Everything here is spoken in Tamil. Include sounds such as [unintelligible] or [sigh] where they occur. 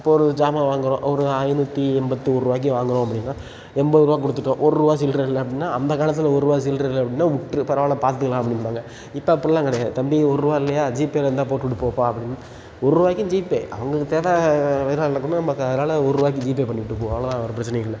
இப்போ ஒரு ஜாமான் வாங்கறோம் ஒரு ஐந்நூற்றி எண்பத்தி ஒரு ருபாய்க்கு வாங்கறோம் அப்படின்னா எண்பது ரூபா கொடுத்துட்டோம் ஒரு ருபா சில்லற இல்லை அப்படின்னா அந்த காலத்தில் ஒரு ருபா சில்லற இல்லை அப்படின்னா விட்ரு பரவாயில்ல பார்த்துக்கலாம் அப்படின்பாங்க இப்போ அப்புடில்லாம் கிடையாது தம்பி ஒரு ருபா இல்லையா ஜிபேயில் இருந்தால் போட்டு விட்டுட்டு போப்பா அப்படின்னு ஒரு ருபாய்க்கும் ஜிபே அவங்களுக்கு தேவை வெறும் [unintelligible] நமக்கு அதனால் ஒரு ருபாய்க்கு ஜிபே பண்ணிட்டு போ அவ்வளோ தான் வேறு பிரச்சினையும் இல்லை